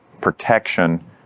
protection